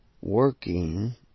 working